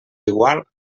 igual